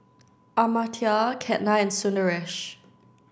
Amartya Ketna and Sundaresh